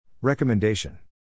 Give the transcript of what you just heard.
Recommendation